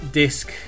disc